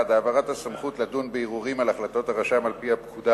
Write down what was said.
1. העברת הסמכות לדון בערעורים על החלטות הרשם על-פי הפקודה